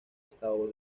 estado